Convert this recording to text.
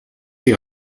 die